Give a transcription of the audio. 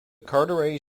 carteret